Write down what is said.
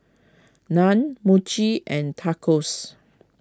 Naan Mochi and Tacos